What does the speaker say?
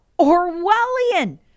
Orwellian